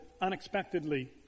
unexpectedly